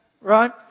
Right